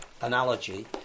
analogy